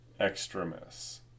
extremis